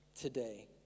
today